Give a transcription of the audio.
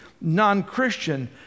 non-christian